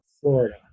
Florida